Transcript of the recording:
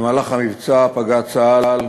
במבצע פגע צה"ל,